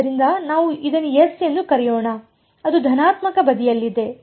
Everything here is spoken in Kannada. ಆದ್ದರಿಂದ ನಾವು ಇದನ್ನು S ಎಂದು ಕರೆಯೋಣ ಅದು ಧನಾತ್ಮಕ ಬದಿಯಲ್ಲಿದೆ